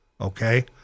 okay